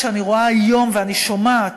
כשאני רואה היום ואני שומעת